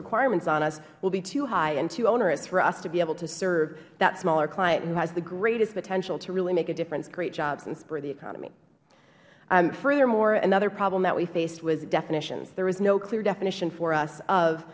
requirements on us will be too high and too onerous for us to be able to serve that smaller client who has the greatest potential to really make a difference create jobs and spur the economy furthermore another problem that we faced was definitions there with a no clear definition for us of